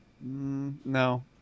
No